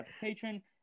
patron